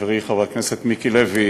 חברי חבר הכנסת מיקי לוי,